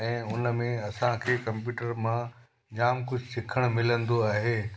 ऐं उन में असांखे कंप्यूटर मां जाम कुझु सिखणु मिलंदो आहे